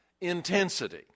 intensity